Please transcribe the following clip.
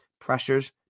pressures